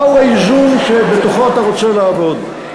מהו האיזון שבתוכו אתה רוצה לעבוד?